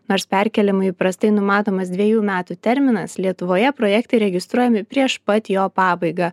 nors perkėlimui įprastai numatomas dvejų metų terminas lietuvoje projektai registruojami prieš pat jo pabaigą